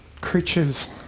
creatures